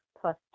plus